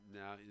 now